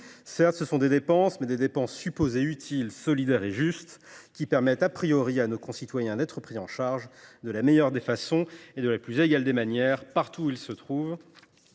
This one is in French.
politiques sont des dépenses, mais des dépenses supposées utiles, solidaires et justes, qui permettent à nos concitoyens d’être pris en charge de la meilleure des façons et de la plus égale des manières, partout où ils se trouvent.